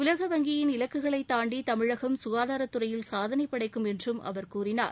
உலக வங்கியின் இலக்குகளை தாண்டி தமிழகம் சுகாதாரத் துறையில் சாதனை படைக்கும் என்றும் அவர் கூறினார்